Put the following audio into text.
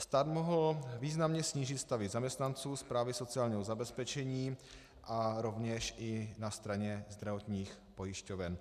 Stát mohl významně snížit stavy zaměstnanců správy sociálního zabezpečení a rovněž i na straně zdravotních pojišťoven.